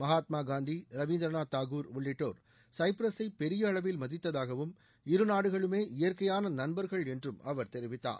மகாத்மா காந்தி ரவீந்திரநாத் தாகூர் உள்ளிட்டோர் சைப்ரஸை பெரிய அளவில் மதித்ததாகவும் இருநாடுகளுமே இயற்கையான நண்பர்கள் என்றும் அவர் தெரிவித்தார்